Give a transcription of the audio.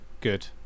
Good